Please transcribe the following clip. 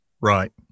Right